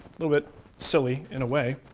little bit silly in a way,